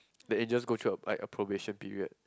they eh just go through a like a probation period